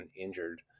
injured